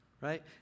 right